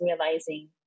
realizing